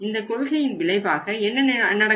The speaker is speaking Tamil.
இந்தக் கொள்கையின் விளைவாக என்ன நடக்கும்